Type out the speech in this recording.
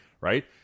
right